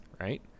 right